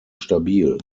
stabil